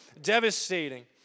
devastating